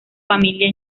familia